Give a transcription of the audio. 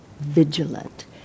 vigilant